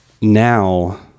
now